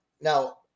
Now